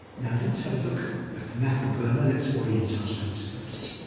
now, let's have look at the map of burma. let's orient ourselves first.